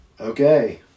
okay